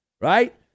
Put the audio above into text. right